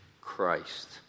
Christ